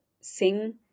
sing